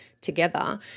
together